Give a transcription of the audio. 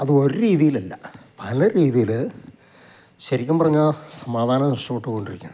അത് ഒരു രീതിയിൽ അല്ല പല രീതിയിൽ ശരിക്കും പറഞ്ഞാൽ സമാധാനം നഷ്ടപ്പെട്ട് കൊണ്ടിരിക്കയാണ്